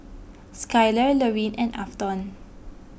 Skyler Lorine and Afton